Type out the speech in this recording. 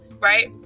right